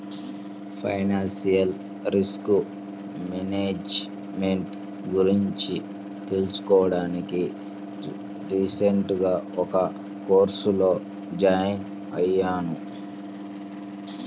financial risk management గురించి తెలుసుకోడానికి recent గా ఒక కోర్సులో జాయిన్ అయ్యాను